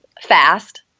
fast